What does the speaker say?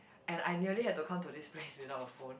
and ideally have to come to this place without phone